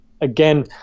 again